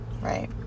Right